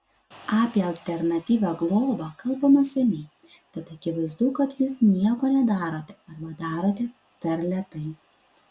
apie alternatyvią globą kalbama seniai tad akivaizdu kad jūs nieko nedarote arba darote per lėtai